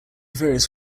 various